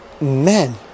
men